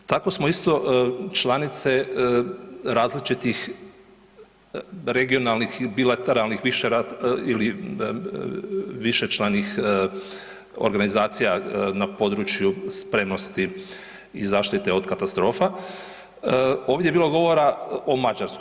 Tako smo isto članice različitih regionalnih i bilateralnih i više .../nerazumljivo/... ili višečlanih organizacija na području spremnosti i zaštite od katastrofa, ovdje je bilo govora o Mađarskoj.